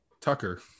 Tucker